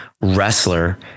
wrestler